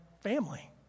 family